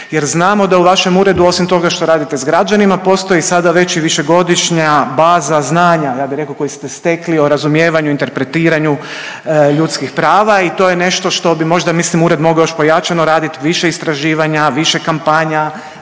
jer znamo da u vašem uredu osim toga što radite s građanima, postoji sada već i višegodišnja baza znanja, ja bi rekao koji ste stekli o razumijevanju, interpretiranju ljudskih prava i to je nešto što bi možda mislim ured mogao još pojačano radit, više istraživanja, više kampanja